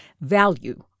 value